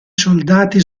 soldati